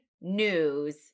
news